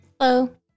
Hello